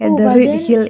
oh but then